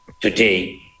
today